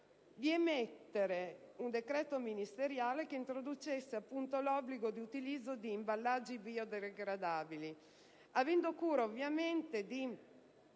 prevedere un decreto ministeriale che stabilisse l'obbligo di utilizzo di imballaggi biodegradabili, avendo cura ovviamente di tener